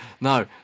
no